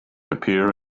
appear